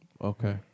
Okay